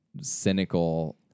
cynical